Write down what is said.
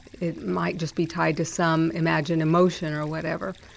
it might just be tied to some imagined emotion or whatever.